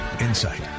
insight